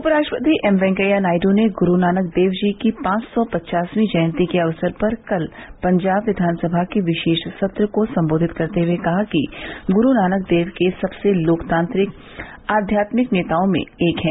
उपराष्ट्रपति एम वेंकैया नायडू ने गुरु नानक देव जी की पांच सौ पचासवीं जयंती के अवसर पर कल पंजाब विधानसभा के विशेष सत्र को संबोधित करते हुए कहा कि गुरु नानक देव भारत के सबसे लोकतांत्रिक आध्यात्मिक नेताओं में एक हैं